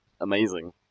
amazing